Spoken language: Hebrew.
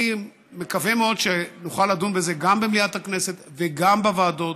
אני מקווה מאוד שנוכל לדון בזה גם במליאת הכנסת וגם בוועדות,